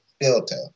filter